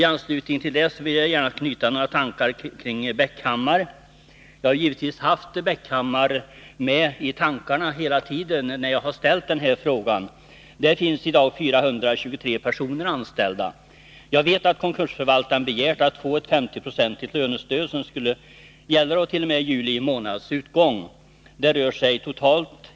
I anslutning till detta vill jag gärna knyta an till Bäckhammar. Jag hade givetvis Bäckhammar med i tankarna när jag ställde denna fråga. Där finns i dag 423 anställda. Jag vet att konkursförvaltaren har begärt ett 50-procentigt lönestöd, som skulle gälla t.o.m. juli månads utgång.